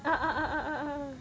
ah ah ah ah ah